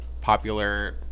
popular